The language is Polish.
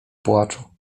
płaczu